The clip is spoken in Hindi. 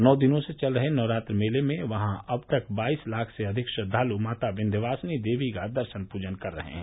नौ दिनों से चल रहे नवरात्र मेले में वहां अब तक बाईस लाख से अधिक श्रद्वाल् माता विन्ध्यवासिनी देवी का दर्शन पूजन कर चुके हैं